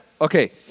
okay